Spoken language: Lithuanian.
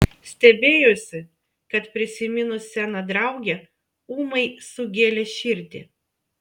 stebėjosi kad prisiminus seną draugę ūmai sugėlė širdį